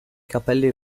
capelli